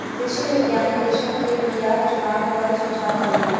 कृषि वैज्ञानिक कृषक के बीयाक चुनाव पर सुझाव देलैन